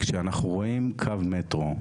כשאנחנו רואים קו מטרו,